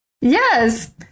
Yes